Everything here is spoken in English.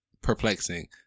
perplexing